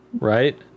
right